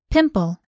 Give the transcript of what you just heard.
Pimple